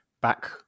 back